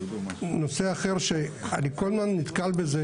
נושא אחר שאני כל הזמן נתקל בזה,